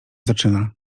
zaczyna